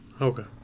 Okay